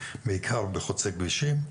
בעיקר בחוצי כבישים.